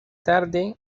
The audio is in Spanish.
tarde